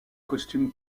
costume